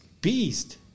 Beast